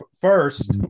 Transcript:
first